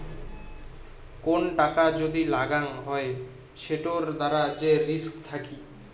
কোন টাকা যদি লাগাং হই সেটোর দ্বারা যে রিস্ক থাকি